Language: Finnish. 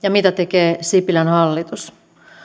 ja mitä tekee sipilän hallitus